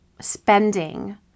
spending